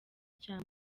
cya